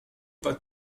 pas